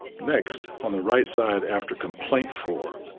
next, on the right side, after complaint for,